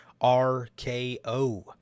RKO